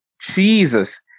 Jesus